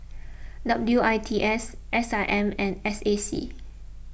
W I T S S I M and S A C